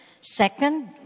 Second